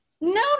No